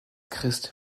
christ